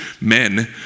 men